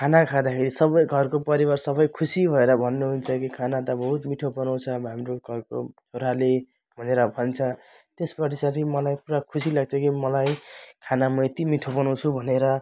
खाना खाँदाखेरि सबै घरको परिवार सबै खुसी भएर भन्नुहुन्छ कि खाना त बहुत मिठो बनाउँछ अब हाम्रो घरको छोराले भनेर भन्छ त्यस मलाई पुरा खुसी लाग्छ कि मलाई खाना म यति मिठो बनाउँछु भनेर